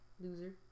Loser